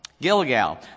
Gilgal